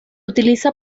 utiliza